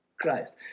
Christ